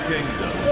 Kingdom